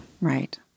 right